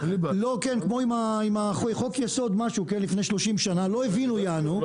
כמו חוק יסוד משהו לפני 30 שנים לא הבינו יענו,